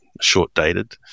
short-dated